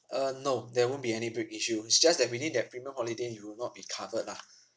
uh no there won't be any big issue is just that within that premium holiday you will not be covered lah